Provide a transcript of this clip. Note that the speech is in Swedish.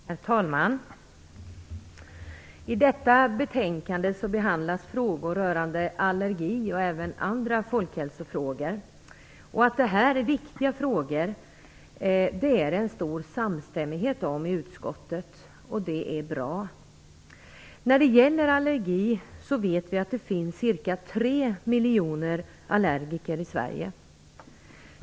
Herr talman! I detta betänkande behandlas frågor rörande allergi och även andra folkhälsofrågor. Att detta är viktiga frågor råder det en stor samstämmighet om i utskottet, och det är bra. Vi vet att det finns ca 3 miljoner allergiker i Sverige.